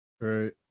Right